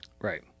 Right